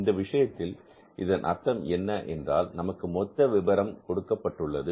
இந்த விஷயத்தில் இதன் அர்த்தம் என்ன என்றால் நமக்கு மொத்த விபரம் தரப்பட்டுள்ளது